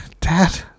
Dad